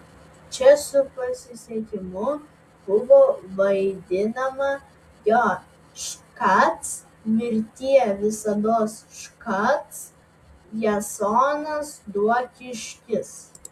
čia su pasisekimu buvo vaidinama jo škac mirtie visados škac jasonas duokiškis